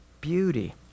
beauty